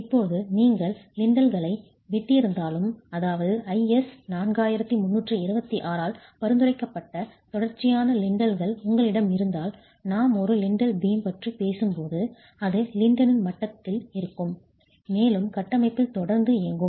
இப்போது நீங்கள் லிண்டல்களை வெட்டியிருந்தாலும் அதாவது IS 4326 ஆல் பரிந்துரைக்கப்பட்ட தொடர்ச்சியான லிண்டல்கள் உங்களிடம் இருந்தாலும் நாம் ஒரு லிண்டல் பீம் பற்றி பேசும்போது அது லிண்டலின் மட்டத்தில் இருக்கும் மேலும் கட்டமைப்பில் தொடர்ந்து இயங்கும்